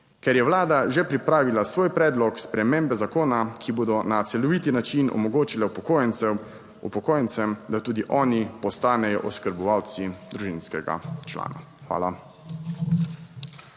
Ker je Vlada že pripravila svoj predlog spremembe zakona, ki bodo na celovit način omogočila upokojencem, upokojencem, da tudi oni postanejo oskrbovalci družinskega člana. Hvala.